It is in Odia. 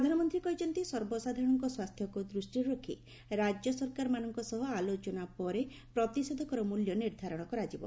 ପ୍ରଧାନମନ୍ତୀ କହିଛନ୍ତି ସର୍ବସାଧାରଣଙ୍କ ସ୍ୱାସ୍ଥ୍ୟକୁ ଦୃଷ୍ଟିରେ ରଖି ରାଜ୍ୟ ସରକାରମାନଙ୍କ ସହ ଆଲୋଚନା ପରେ ପ୍ରତିଷେଧକର ମିଲ୍ୟ ନିର୍ଦ୍ଧାରଣ କରାଯିବ